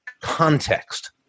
context